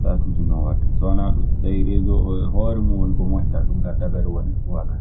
Saatuuji non waɗta. So wanaa ɗun, so tawi reesoo o e hoore woni ko moƴƴa, ɗun kaa dabare wonde fuu walaa.